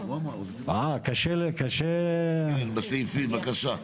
כן, בסעיפים, בבקשה.